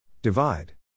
Divide